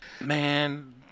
man